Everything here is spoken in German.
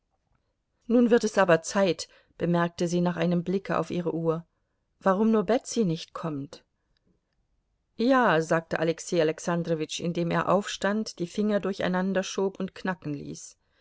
nun wird es aber zeit bemerkte sie nach einem blicke auf ihre uhr warum nur betsy nicht kommt ja sagte alexei alexandrowitsch indem er aufstand die finger durcheinanderschob und knacken ließ